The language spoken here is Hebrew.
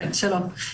שלום,